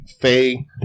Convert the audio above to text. Faye